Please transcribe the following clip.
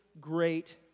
great